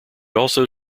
also